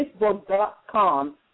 facebook.com